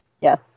Yes